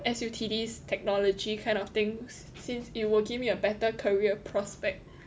S_U_T_D's technology kind of things since it will give me a better career prospects